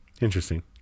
Interesting